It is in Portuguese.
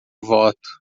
voto